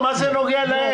לא, מה זה נוגע להם?